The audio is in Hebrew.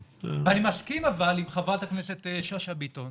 אני מסכים עם חברת הכנסת שאשא ביטון,